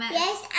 yes